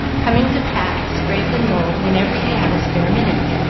coming to pat, scrape, and mould whenever he had a spare minute,